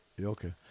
okay